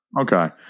Okay